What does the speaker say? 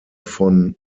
von